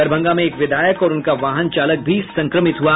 दरभंगा में एक विधायक और उनका वाहन चालक भी संक्रमित हुआ